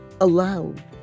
aloud